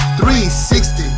360